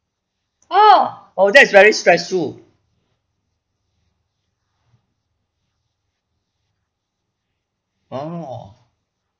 oh oh that is very stressful oo